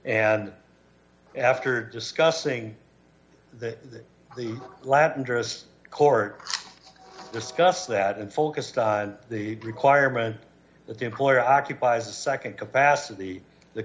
and after discussing the the latendresse court discuss that and focused on the requirement that the employer occupies a nd capacity th